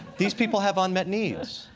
these people have unmet needs. yes.